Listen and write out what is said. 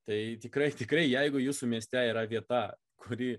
tai tikrai tikrai jeigu jūsų mieste yra vieta kuri